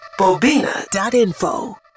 Bobina.info